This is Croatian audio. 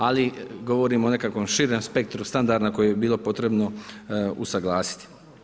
Ali, govorim o nekakvom širem spektru standarda koji je bilo potrebno usuglasiti.